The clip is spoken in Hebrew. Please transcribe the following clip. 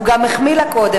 הוא גם החמיא לה קודם,